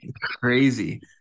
Crazy